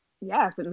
Yes